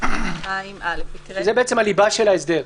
זו הליבה של ההסדר.